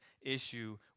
issue